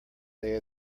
day